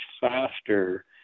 faster